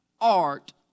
art